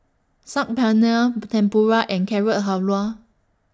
Saag Paneer Tempura and Carrot Halwa